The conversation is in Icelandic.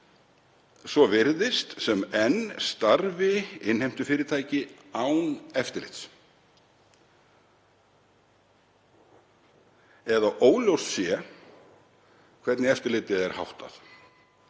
Svo virðist sem enn starfi innheimtufyrirtæki án eftirlits eða óljóst sé hvernig eftirliti er háttað